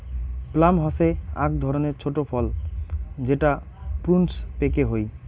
plum হসে আক ধরণের ছট ফল যেটা প্রুনস পেকে হই